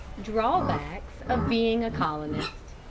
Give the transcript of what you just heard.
drawbacks of being a colonist